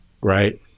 right